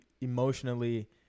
emotionally